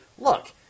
Look